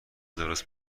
درست